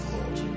Lord